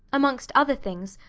amongst other things,